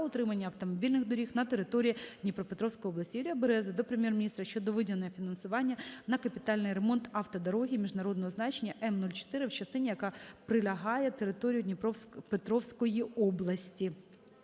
утримання автомобільних доріг на території Дніпропетровської області. Юрія Берези до Прем'єр-міністра щодо виділення фінансування на капітальний ремонт автодороги міжнародного значення М-04, в частині, яка пролягає територією Дніпропетровської області.